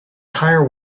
higher